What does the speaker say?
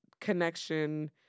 connection